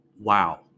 wow